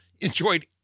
enjoyed